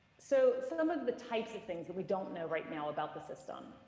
so some of the types of things that we don't know right now about the system,